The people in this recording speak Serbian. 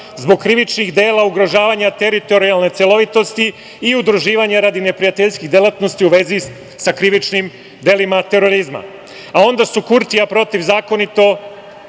zbog krivičnih dela ugrožavanja teritorijalne celovitosti i udruživanja radi neprijateljskih delatnosti u vezi sa krivičnim delima terorizma, a onda su Kurtija protivzakonito